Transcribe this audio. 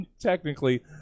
technically